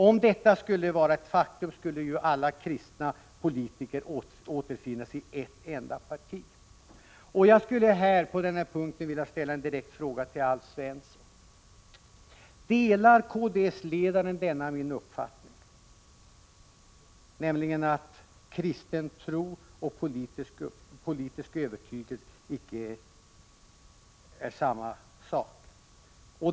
Om detta skulle vara ett faktum, skulle ju alla kristna politiker återfinnas i ett enda parti. Jag skulle på den här punkten vilja ställa en direkt fråga till Alf Svensson: Delar kds-ledaren denna min uppfattning, nämligen att kristen tro och politisk övertygelse icke är samma sak?